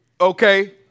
okay